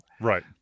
Right